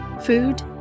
food